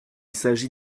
s’agit